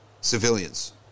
civilians